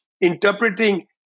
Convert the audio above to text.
interpreting